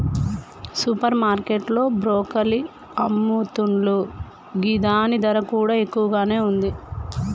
super market లో broccoli అమ్ముతున్లు గిదాని ధర కూడా ఎక్కువగానే ఉంది